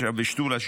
99 ושתולה,